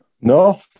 No